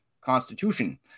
constitution